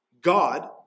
God